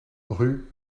rue